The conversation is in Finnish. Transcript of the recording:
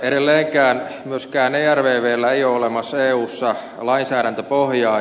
edelleenkään myöskään ervvllä ei ole olemassa eussa lainsäädäntöpohjaa